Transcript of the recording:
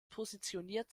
positioniert